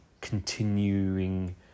continuing